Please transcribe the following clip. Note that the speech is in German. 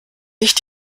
nicht